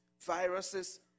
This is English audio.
viruses